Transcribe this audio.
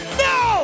no